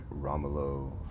Romulo